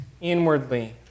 inwardly